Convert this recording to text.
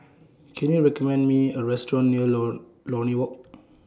Can YOU recommend Me A Restaurant near Lord Lornie Walk